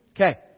Okay